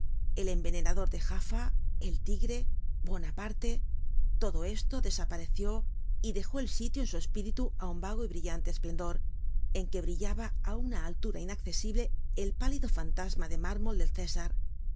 el envenenador de jafa el tigre buonaparte todo esto desapareció y dejó el sitio en su espíritu á un vago y brillante esplendor en que brillaba á una altura inaccesible el pálido fantasma de mármol del césar